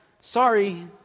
sorry